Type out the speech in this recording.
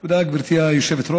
תודה, גברתי היושבת-ראש.